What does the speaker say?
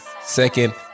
second